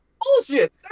Bullshit